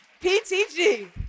PTG